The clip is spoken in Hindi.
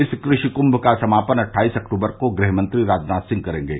इस कृषि क्म का समापन अट्ठाईस अक्टूबर को गृहमंत्री राजनाथ सिंह करेंगे